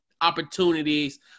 opportunities